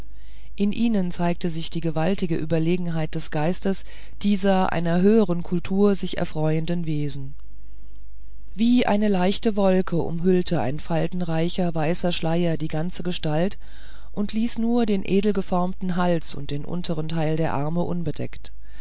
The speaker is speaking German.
in ihnen zeigte sich die gewaltige überlegenheit des geistes dieser einer höheren kultur sich erfreuenden wesen wie eine leichte wolke umhüllte ein faltenreicher weißer schleier die ganze gestalt und ließ nur den edel geformten hals und den unteren teil der arme unbedeckt